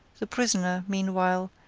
the prisoner, meanwhile,